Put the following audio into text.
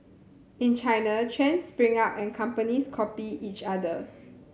in China trends spring up and companies copy each other